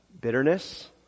bitterness